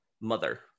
Mother